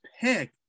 pick